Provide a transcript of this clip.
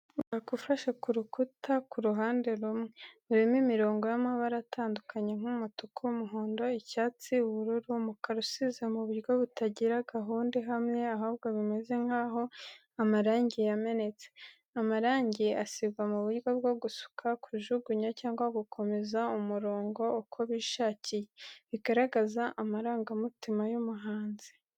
Umutako ufashe ku rukuta ku ruhande rumwe. Urimo imirongo y’amabara atandukanye nk’umutuku, umuhondo, icyatsi, ubururu, umukara usize mu buryo butagira gahunda ihamye, ahubwo bimeze nk’aho amarangi yamenetse. Amarangi asigwa mu buryo bwo gusuka, kujugunya cyangwa gukomeza umurongo uko bishakiye, bigaragaza amarangamutima y’umuhanzi.